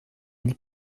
ils